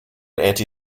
anti